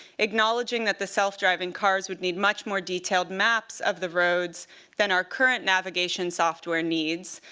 acknowledging that the self-driving cars would need much more detailed maps of the roads than our current navigation software needs.